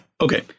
Okay